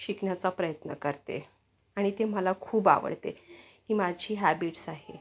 शिकण्याचा प्रयत्न करते आणि ते मला खूप आवडते ही माझी हॅबिटस् आहे